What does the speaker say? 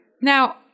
Now